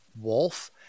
wolf